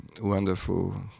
wonderful